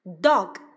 dog